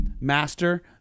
master